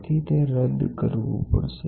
તેથી તે રદ કરવું પડશે